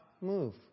move